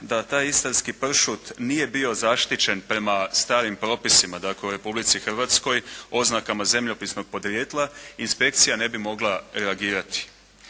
da taj istarski pršut nije bio zaštićen prema starim propisima. Dakle, u Republici Hrvatskoj oznakama zemljopisnog podrijetla inspekcija ne bi mogla reagirati.